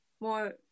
more